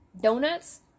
donuts